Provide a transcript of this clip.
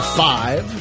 five